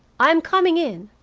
i am coming in.